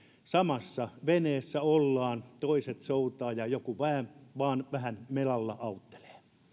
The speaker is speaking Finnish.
samassa veneessä ollaan toiset soutaa ja joku vain vähän melalla auttelee